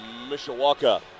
Mishawaka